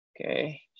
Okay